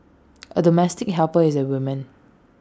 A domestic helper is A woman